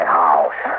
house